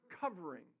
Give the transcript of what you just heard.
covering